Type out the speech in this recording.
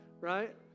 right